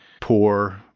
poor